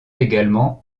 également